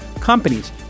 companies